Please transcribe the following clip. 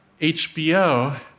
HBO